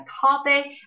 topic